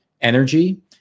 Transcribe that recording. energy